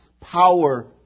power